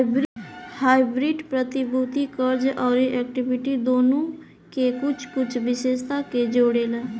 hybrid प्रतिभूति, कर्ज अउरी इक्विटी दुनो के कुछ कुछ विशेषता के जोड़ेला